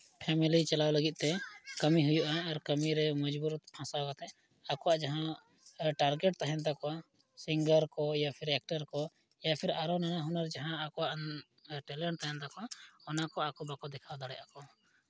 family ᱪᱟᱞᱟᱣ ᱞᱟᱹᱜᱤᱫᱼᱛᱮ ᱠᱟᱹᱢᱤ ᱦᱩᱭᱩᱜᱼᱟ ᱠᱟᱹᱢᱤᱨᱮ ᱢᱚᱡᱽᱵᱩᱨ ᱯᱷᱟᱥᱟᱣ ᱠᱟᱛᱮᱫ ᱟᱠᱚᱣᱟᱜ ᱡᱟᱦᱟᱸ ᱴᱟᱨᱜᱮᱴ ᱛᱟᱦᱮᱱ ᱛᱟᱠᱚᱣᱟ ᱥᱤᱝᱜᱟᱨ ᱠᱚ ᱯᱷᱤᱨ ᱮᱠᱴᱟᱨ ᱠᱚ ᱭᱟ ᱯᱷᱤᱨ ᱱᱟᱱᱟ ᱦᱩᱱᱟᱹᱨ ᱡᱟᱦᱟᱸ ᱟᱠᱚᱣᱟᱜ ᱴᱮᱞᱮᱱᱴ ᱛᱟᱦᱮᱱ ᱛᱟᱠᱚᱣᱟ ᱚᱱᱟ ᱠᱚ ᱟᱠᱚ ᱵᱟᱠᱚ ᱫᱮᱠᱷᱟᱣ ᱫᱟᱲᱮᱭᱟᱜ ᱟᱠᱚ